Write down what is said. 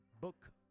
book